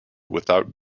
without